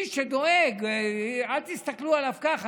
איש שדואג, אל תסתכלו עליו ככה.